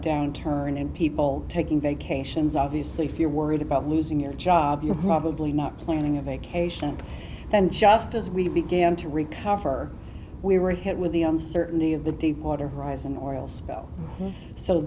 downturn in people taking vacations obviously if you're worried about losing your job you're probably not planning a vacation and just as we began to recover we were hit with the uncertainty of the deepwater horizon oil